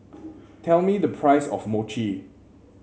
tell me the price of Mochi